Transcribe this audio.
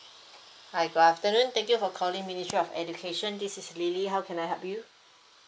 hi good afternoon thank you for calling ministry of education this is lily how can I help you